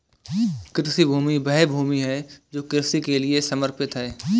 कृषि भूमि वह भूमि है जो कृषि के लिए समर्पित है